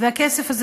והכסף הזה,